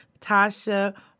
Tasha